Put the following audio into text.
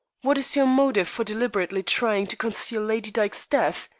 what is your motive for deliberately trying to conceal lady dyke's death?